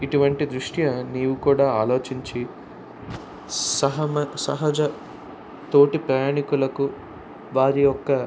ఇటువంటి దృష్ట్యా నీవు కూడా ఆలోచించి సహమ సహజ తోటి ప్రయాణికులకు వారి యొక్క